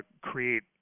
create